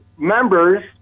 Members